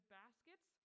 baskets